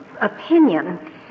opinion